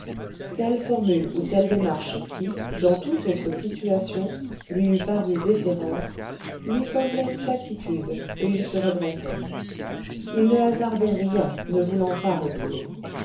telle formule ou telle démarche qui dans toute autre situation lui eût paru déférence lui semblait platitude et il se redressait il ne hasardait rien ne voulant pas reculer